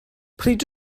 pryd